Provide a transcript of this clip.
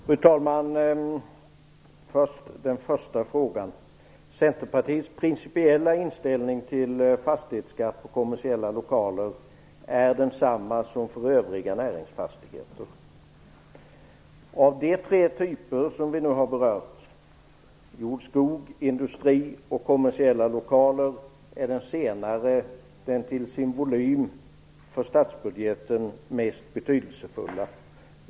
Fru talman! Jag besvarar först den första frågan. Centerpartiets principiella inställning till fastighetsskatt på kommersiella lokaler är densamma som för övriga näringsfastigheter. Av de tre typer vi nu har berört - jord och skogsfastigheter, industrienheter och kommersiella lokaler - är den senare den till sin volym den för statsbudgeten mest betydelsefulla.